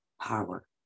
power